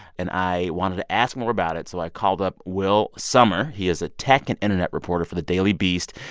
and i wanted to ask more about it, so i called up will sommer. he is a tech and internet reporter for the daily beast.